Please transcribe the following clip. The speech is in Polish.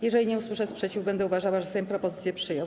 Jeżeli nie usłyszę sprzeciwu, będę uważała, że Sejm propozycje przyjął.